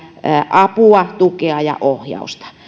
apua tukea ja ohjausta